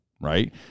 right